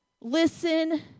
Listen